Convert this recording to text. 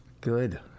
Good